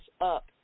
up